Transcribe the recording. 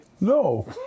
No